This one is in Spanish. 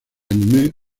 anime